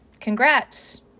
Congrats